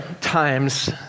times